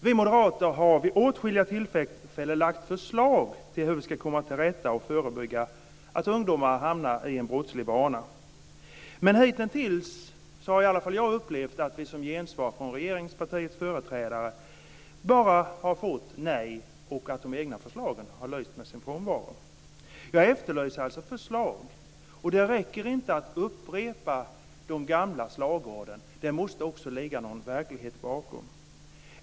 Vi moderater har vid åtskilliga tillfällen lagt förslag om hur vi ska komma till rätta med och förebygga att ungdomar hamnar på en brottslig bana. Men hitintills har jag upplevt att vi som gensvar från regeringspartiets företrädare bara har fått nej och att de egna förslagen har lyst med sin frånvaro. Jag efterlyser alltså förslag. Det räcker inte att upprepa de gamla slagorden, utan det måste också ligga någon verklighet bakom.